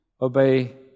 obey